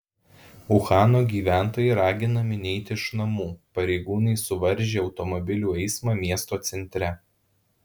uhano gyventojai raginami neiti iš namų pareigūnai suvaržė automobilių eismą miesto centre